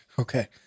Okay